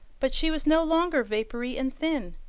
but she was no longer vapoury and thin.